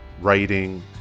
writing